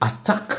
attack